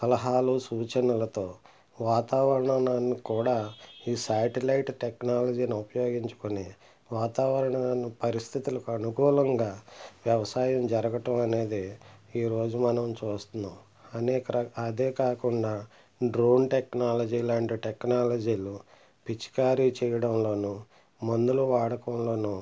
సలహాలు సూచనలతో వాతావరణాన్ని కూడా ఈ శాటిలైట్ టెక్నాలజీని ఉపయోగించుకొ వాతావరణాన్ని పరిస్థితులకు అనుకూలంగా వ్యవసాయం జరగటం అనేది ఈరోజు మనం చూస్తున్నాం అనేక రకా అదేకాకుండా డ్రోన్ టెక్నాలజీ లాంటి టెక్నాలజీలు పిచికారీ చేయడంలోనూ మందులు వాడకంలోనూ